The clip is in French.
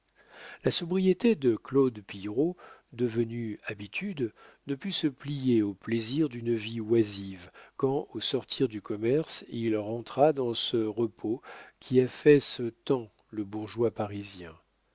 la sobriété de claude pillerault devenue habitude ne put se plier aux plaisirs d'une vie oisive quand au sortir du commerce il rentra dans ce repos qui affaisse tant le bourgeois parisien